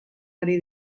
ari